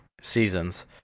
seasons